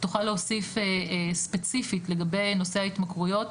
תוכל להוסיף ספציפית לגבי נושא ההתמכרויות,